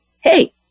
hey